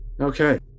Okay